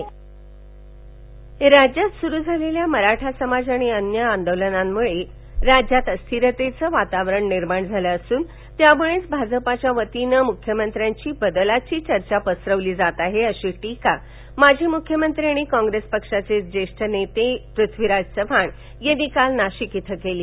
पृथ्वीराज चव्हाण राज्यात सुरू झालेल्या मराठा समाज आणि वन्य आंदोलनामुळे राज्यात अस्थिरतेचे वातावरण निर्माण झाल असून त्यामुळेच भाजपच्या वतीन मुख्यमंत्र्यांची बदलाची चर्चा पसरवली जात आहे अशी टीका माजी मुख्यमंत्री आणि कॉंग्रेस पक्षाचे ज्येष्ठ नेते पृथ्वीराज चव्हाण यांनी काल नाशिक इथं केली